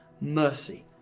mercy